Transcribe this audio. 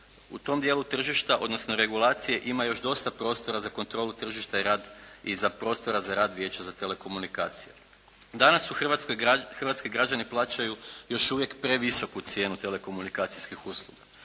u tom dijelu tržišta, odnosno regulacije ima još dosta prostora za kontrolu tržišta i prostora za rad Vijeća za telekomunikacije. Danas hrvatski građani plaćaju još uvijek previsoku cijenu telekomunikacijskih usluga.